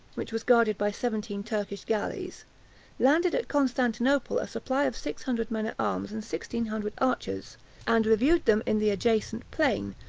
which was guarded by seventeen turkish galleys landed at constantinople a supply of six hundred men-at-arms and sixteen hundred archers and reviewed them in the adjacent plain,